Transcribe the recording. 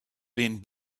been